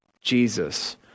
Jesus